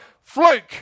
fluke